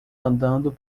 andando